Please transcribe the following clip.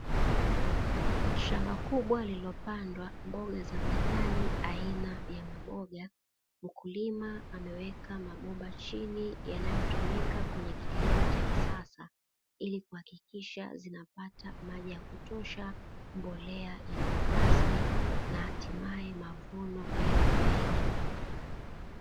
Shamba kubwa lililopandwa mboga za majani aina ya maboga mkulima ameweka mabomba chini yanayotumika kwenye kilimo cha kisasa, ili kuhakikisha zinapata maji ya kutosha mbolea iliyo rasmi na hatimaye mavuno yaliyo mengi.